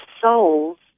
souls